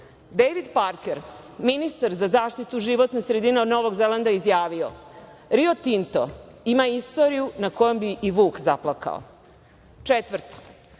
Parker, ministar za zaštitu životne sredine Novog Zelanda je izjavio – Rio Tinto ima istoriju nad kojom bi i vuk zaplakao. Četvrto,